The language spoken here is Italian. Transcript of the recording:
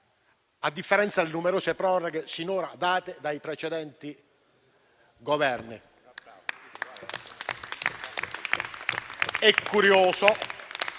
a differenza delle numerose proroghe finora date dai precedenti Governi.